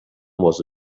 was